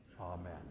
amen